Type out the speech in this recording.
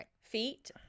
feet